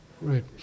Right